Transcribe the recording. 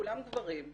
כולם גברים,